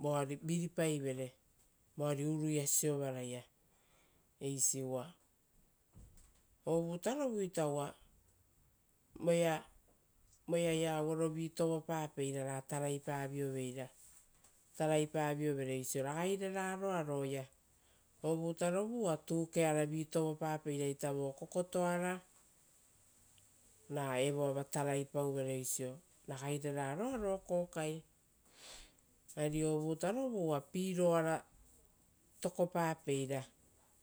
voari viripaivere uruia siovarai, eisi, uva ovutarovuita ari voeia auerovi tovopapeira ra taraipaviovere oisio ragai reraroa roia. Ovutarovu uva tukearavi tovopapeira vo kokotoara, ra evoava taraipauvere oisio ragai reraroa roia kokai ari ovutarovu uva piroara tokopapeira,